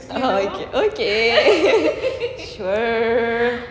oh okay okay sure